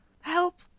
help